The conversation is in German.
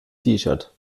shirt